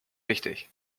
wichtig